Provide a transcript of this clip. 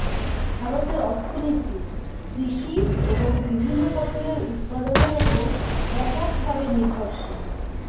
ভারতের অর্থনীতি কৃষি এবং বিভিন্ন ফসলের উৎপাদনের উপর ব্যাপকভাবে নির্ভরশীল